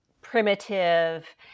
primitive